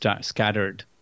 scattered